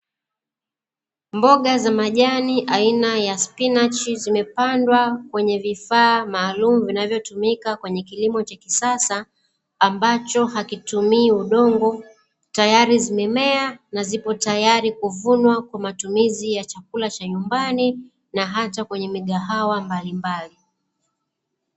Mboga za majani aina ya spinachi, zimepandwa kwenye vifaa maalumu vinavyotumika kwenye kilimo cha kisasa ambacho hakitumii udongo na mimea ipo tayari kuvunwa kwa matumizi ya chakula cha nyumbani na hata kwenye migahawa mbalimbali.